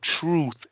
truth